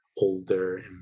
older